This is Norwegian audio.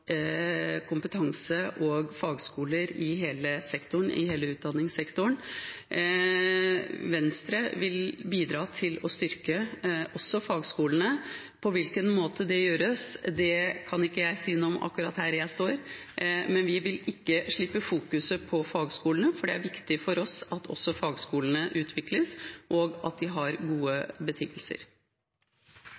kompetanse og fagskoler i hele utdanningssektoren. Venstre vil bidra til å styrke også fagskolene. På hvilken måte det gjøres, kan ikke jeg si noe om akkurat her og nå, men vi vil ikke slippe fokuset på fagskolene, for det er viktig for oss at også fagskolene utvikles, og at de har gode